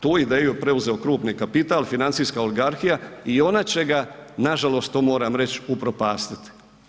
Tu ideju je preuzeo krupni kapital, financijska oligarhija i ona će ga nažalost to moram reći upropastiti.